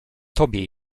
tobie